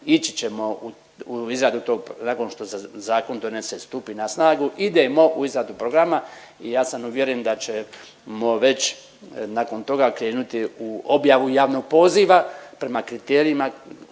ići ćemo u izradu nakon što se zakon donese i stupi na snagu idemo u izradu programa i ja sam uvjeren da ćemo već nakon toga krenuti u objavu javnog poziva prema kriterijima